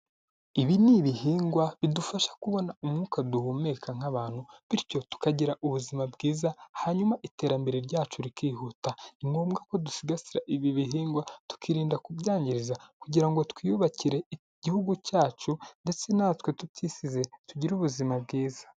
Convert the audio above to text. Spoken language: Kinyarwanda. Ibi ni ibihingwa bidufasha kubona umwuka duhumeka nk'abantu, bityo tukagira ubuzima bwiza hanyuma iterambere ryacu rikihuta, ni ngombwa ko dusigasira ibi bihingwa tukirinda kubyangiza, kugira ngo twiyubakire igihugu cyacu ndetse natwe tutisize, tugire ubuzima bwiza.